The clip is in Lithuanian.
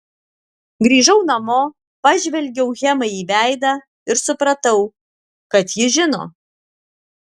grįžau namo pažvelgiau hemai į veidą ir supratau kad ji žino